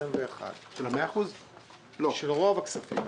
21' של רוב הכספים.